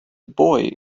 boy